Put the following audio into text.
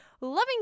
loving